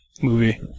movie